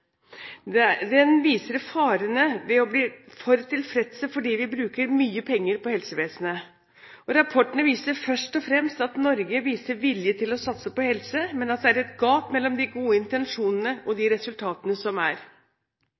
bedre. Den viser farene ved å bli for tilfredse fordi vi bruker mye penger på helsevesenet. Rapportene viser først og fremst at Norge viser vilje til å satse på helse, men at det er et gap mellom de gode intensjonene og de resultatene